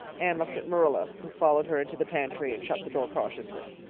anne looked at marilla, who followed her into the pantry and shut the door cautiously.